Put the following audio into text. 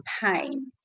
pain